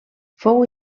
fou